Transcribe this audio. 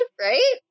right